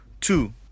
Two